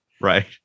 right